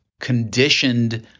conditioned